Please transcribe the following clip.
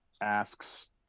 asks